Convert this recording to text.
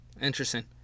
Interesting